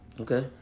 Okay